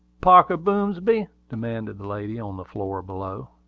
parker boomsby? demanded the lady on the floor below.